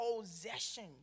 possession